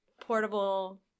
portable